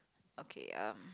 okay um